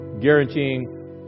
Guaranteeing